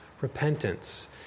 repentance